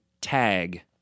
TAG